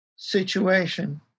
situation